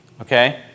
okay